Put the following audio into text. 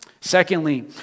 Secondly